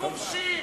כובשים.